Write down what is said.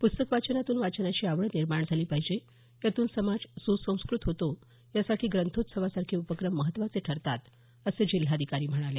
पुस्तक वाचनातून वाचनाची आवड निर्माण झाली पाहिजे यातून समाज सुसंस्कृत होतो यासाठी ग्रंथोत्सवासारखे उपक्रम महत्वाचे ठरतात असं जिल्हाधिकारी म्हणाले